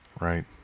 Right